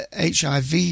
HIV